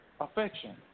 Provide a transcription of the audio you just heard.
affection